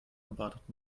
erwartet